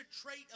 trait